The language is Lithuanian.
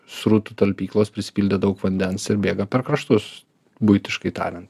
srutų talpyklos prisipildė daug vandens ir bėga per kraštus buitiškai tariant